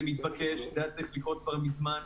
זה מתבקש והיה צריך לקרות מזמן.